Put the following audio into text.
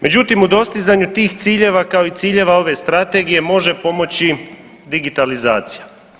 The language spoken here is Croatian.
Međutim, u dostizanju tih ciljeva, kao i ciljeva ove strategije može pomoći digitalizacija.